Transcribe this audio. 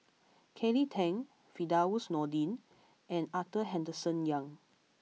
Kelly Tang Firdaus Nordin and Arthur Henderson Young